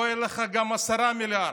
לא יהיו לך גם 10 מיליארד.